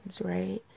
right